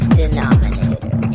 denominator